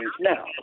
now